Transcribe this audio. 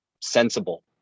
sensible